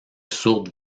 sourde